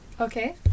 Okay